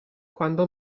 quando